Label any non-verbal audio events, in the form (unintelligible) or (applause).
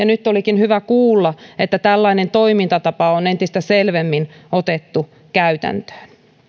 (unintelligible) nyt olikin hyvä kuulla että tällainen toimintatapa on entistä selvemmin otettu käytäntöön